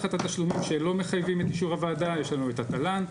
ותחת התשלומים שלא מחייבים את אישור הוועדה יש לנו את התל"ן,